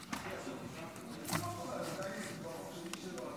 של חבר הכנסת יבגני סובה וקבוצת חברי כנסת.